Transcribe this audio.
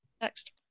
next